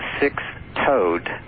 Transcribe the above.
six-toed